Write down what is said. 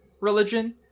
religion